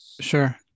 Sure